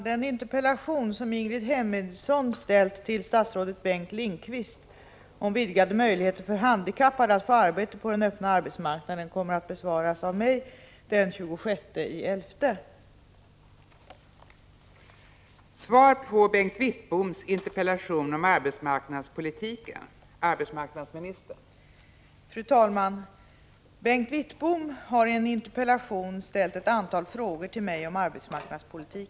Den interpellation som Ingrid Hemmingsson ställt till statsrådet Bengt Lindqvist om vidgade möjligheter för handikappade att få arbete på den öppna arbetsmarknaden kommer att besvaras av mig den 26 november på grund av att interpellanten inte kunde ta emot svaret i dag.